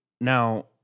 Now